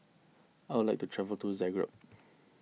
I would like to travel to Zagreb